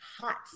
hot